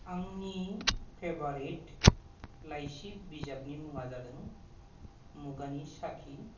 आंनि फेभरेत लाइसि बिजाबनि मुङा जादों मुगानि साखि